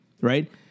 right